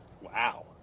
wow